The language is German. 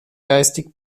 geistig